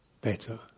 better